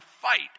fight